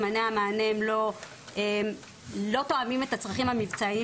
זמני המענה לא תואמים את הצרכים המבצעיים